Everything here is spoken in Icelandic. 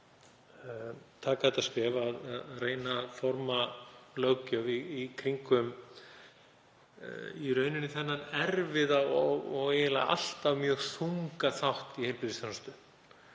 að stíga það skref að reyna að forma löggjöf í kringum þennan erfiða og eiginlega alltaf mjög þunga þátt í heilbrigðisþjónustu.